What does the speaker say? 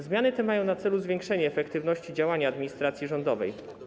Zmiany te mają na celu zwiększenie efektywności działania administracji rządowej.